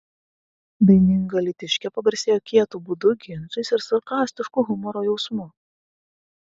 daininga alytiškė pagarsėjo kietu būdu ginčais ir sarkastišku humoro jausmu